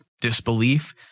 disbelief